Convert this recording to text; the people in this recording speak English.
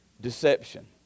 deception